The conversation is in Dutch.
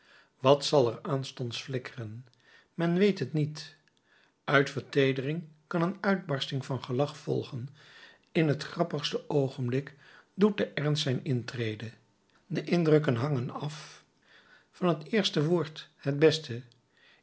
wat zal er aanstonds flikkeren men weet het niet uit verteedering kan een uitbarsting van gelach volgen in het grappigste oogenblik doet de ernst zijn intrede de indrukken hangen af van het eerste woord het beste